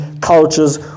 cultures